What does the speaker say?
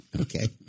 Okay